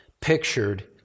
pictured